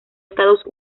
estados